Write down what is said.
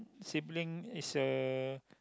sibling is uh